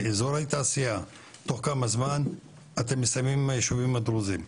אזורי תעשייה תוך כמה זמן אתם מסיימים עם היישובים הדרוזיים?